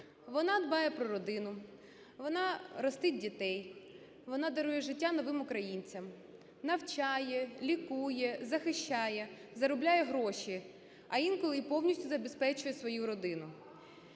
Вона дбає про родину, вона ростить дітей, вона дарує життя новим українцям, навчає, лікує, захищає, заробляє гроші, а інколи і повністю забезпечує свою родину.